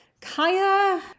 Kaya